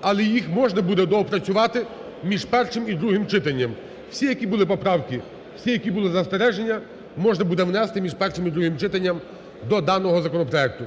але їх можна буде доопрацювати між першим і другим читанням. Всі, які були поправки, всі, які були застереження, можна буде внести між першим і другим читанням до даного законопроекту.